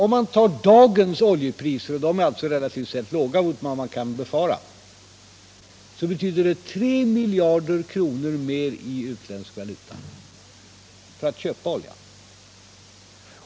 Med dagens oljepriser — och de är relativt sett låga i förhållande till vad man kan befara för framtiden —- innebär det dessutom 3 miljarder kronor ytterligare i utländsk valuta för att köpa olja.